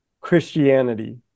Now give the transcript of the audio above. Christianity